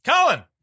Colin